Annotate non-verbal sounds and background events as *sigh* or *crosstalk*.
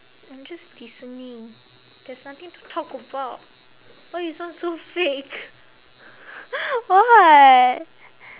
I'm just listening there's nothing to talk about why you sound so fake *noise* what